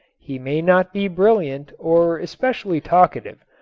he may not be brilliant or especially talkative,